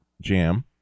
jam